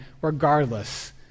regardless